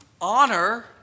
honor